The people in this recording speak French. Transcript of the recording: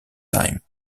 times